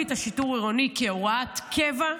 להביא את השיטור העירוני כהוראת קבע,